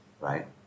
Right